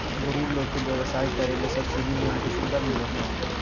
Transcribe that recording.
गरीब लोग के व्यवसाय करे ले सब्सिडी लोन के सुविधा मिलो हय